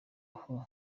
aho